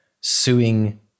suing